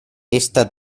esta